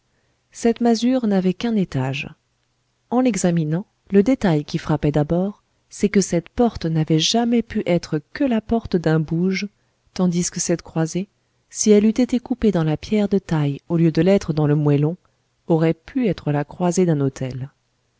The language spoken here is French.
cette masure n'avait qu'un étage en l'examinant le détail qui frappait d'abord c'est que cette porte n'avait jamais pu être que la porte d'un bouge tandis que cette croisée si elle eût été coupée dans la pierre de taille au lieu de l'être dans le moellon aurait pu être la croisée d'un hôtel